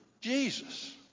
Jesus